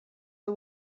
the